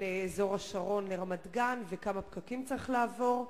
אזור השרון לרמת-גן וכמה פקקים צריך לעבור: